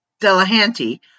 Delahanty